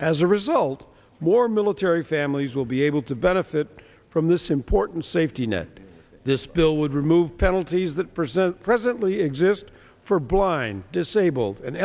as a result more military families will be able to benefit from this important safety net this bill would remove penalties that present presently exist for blind disabled an